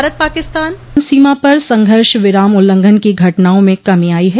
भारत पाकिस्तान सीमा पर संघर्ष विराम उल्लंघन की घटनाओं में कमी आई है